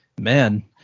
Man